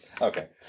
Okay